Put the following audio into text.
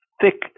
thick